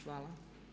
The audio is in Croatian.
Hvala.